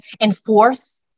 enforce